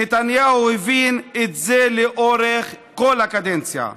נתניהו הבין את זה לאורך כל הקדנציה.